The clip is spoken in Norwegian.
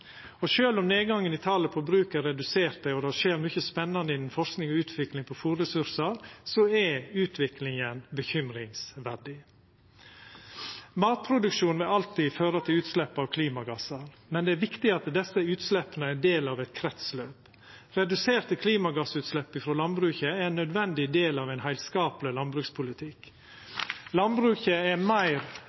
Og sjølv om nedgangen i talet på bruk er redusert, og det skjer mykje spennande innanfor forsking og utvikling på fôrressursar, er utviklinga bekymringsfull. Matproduksjonen vil alltid føra til utslepp av klimagassar, men det er viktig at desse utsleppa er ein del av eit kretsløp. Reduserte klimagassutslepp frå landbruket er ein nødvendig del av ein heilskapleg landbrukspolitikk. Landbruket er meir